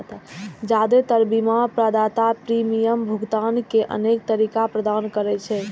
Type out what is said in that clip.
जादेतर बीमा प्रदाता प्रीमियम भुगतान के अनेक तरीका प्रदान करै छै